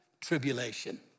tribulation